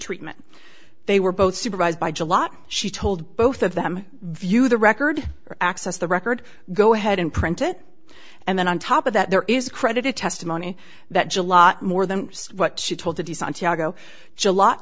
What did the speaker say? treatment they were both supervised by july she told both of them view the record or access the record go ahead and print it and then on top of that there is credited testimony that to lot more than what she told t